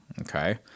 Okay